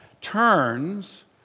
turns